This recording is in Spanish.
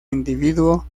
individuo